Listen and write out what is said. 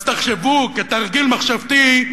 אז תחשבו, כתרגיל מחשבתי,